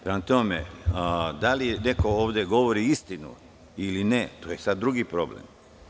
Prema tome, da li neko ovde govori istinu ili ne, to je sada drugi problem.